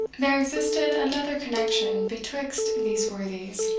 there existed another connection betwixt these worthies,